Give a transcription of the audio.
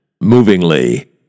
movingly